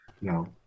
No